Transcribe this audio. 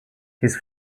his